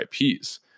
IPs